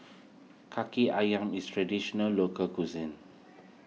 Kaki Ayam is Traditional Local Cuisine